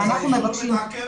אגב,